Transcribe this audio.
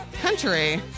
country